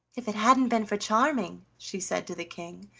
if it hadn't been for charming, she said to the king,